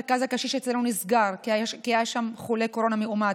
מרכז הקשיש אצלנו נסגר כי היה שם חולה קורונה מאומת.